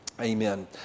amen